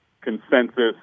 consensus